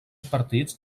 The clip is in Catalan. partits